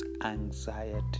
anxiety